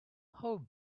how